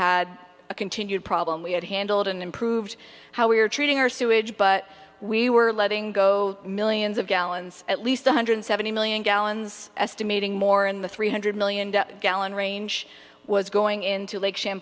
had a continued problem we had handled and improved how we are treating our sewage but we were letting go millions of gallons at least one hundred seventy million gallons estimating more in the three hundred million gallon range was going into lake cham